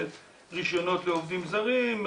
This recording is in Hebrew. רישיונות לעובדים זרים,